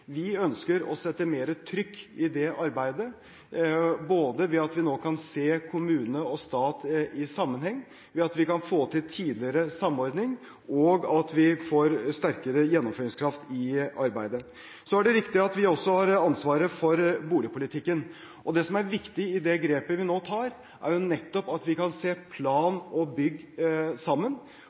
Vi ønsker å sette mer trykk i det arbeidet både ved at vi nå kan se kommune og stat i sammenheng, ved at vi kan få til tidligere samordning, og at vi får sterkere gjennomføringskraft i arbeidet. Så er det riktig at vi også har ansvaret for boligpolitikken. Det som er viktig i det grepet vi nå tar, er nettopp at vi kan se plan og bygg sammen.